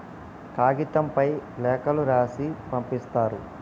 కాగితంపై లేఖలు రాసి పంపిస్తారు